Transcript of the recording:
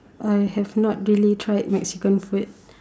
I have not really tried Mexican food